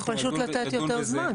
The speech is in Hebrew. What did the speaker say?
או פשוט לתת יותר זמן.